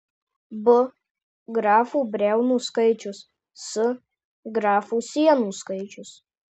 b grafų briaunų skaičius s grafų sienų skaičius